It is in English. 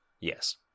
Yes